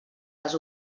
les